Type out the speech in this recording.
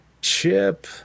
chip